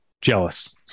jealous